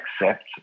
accept